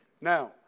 Now